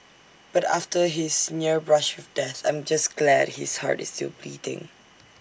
but after his near brush with death I'm just glad his heart is still beating